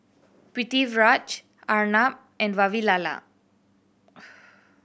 Pritiviraj Arnab and Vavilala